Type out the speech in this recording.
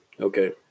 Okay